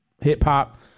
hip-hop